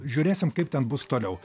žiūrėsim kaip ten bus toliau